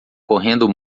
correndo